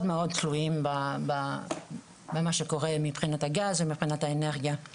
מאוד תלויים במה שקורה מבחינת הגז והאנרגיה.